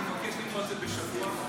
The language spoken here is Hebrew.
אני מבקש לדחות את זה בשבוע --- הינה.